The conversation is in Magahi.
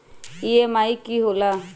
ई.एम.आई की होला?